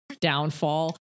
downfall